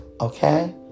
okay